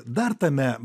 dar tame